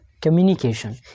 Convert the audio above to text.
communication